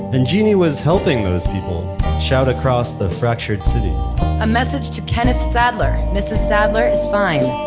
and genie was helping those people shout across the fractured city a message to kenneth sadler. mrs. sadler is fine.